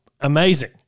amazing